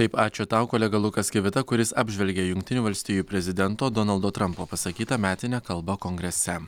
taip ačiū tau kolega lukas kivita kuris apžvelgė jungtinių valstijų prezidento donaldo trampo pasakytą metinę kalbą kongrese